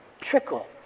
trickle